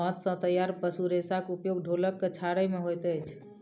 आंत सॅ तैयार पशु रेशाक उपयोग ढोलक के छाड़य मे होइत अछि